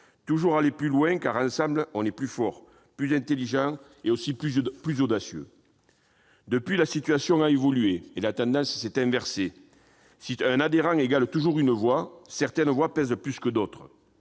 toujours plus loin, car, ensemble, on est plus forts, plus intelligents, et aussi plus audacieux. Depuis lors, la situation a évolué et la tendance s'est inversée : si un adhérent égale toujours une voix, certaines voix pèsent plus que d'autres